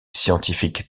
scientifique